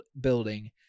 building